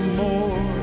more